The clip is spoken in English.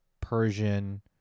Persian